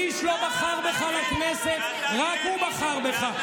איש לא בחר בך לכנסת, רק הוא בחר בך.